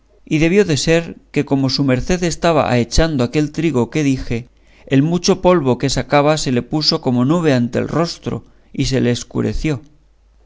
y debió de ser que como su merced estaba ahechando aquel trigo que dije el mucho polvo que sacaba se le puso como nube ante el rostro y se le escureció